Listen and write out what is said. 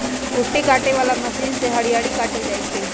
कुट्टी काटे बला मशीन से हरियरी काटल जाइ छै